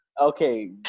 Okay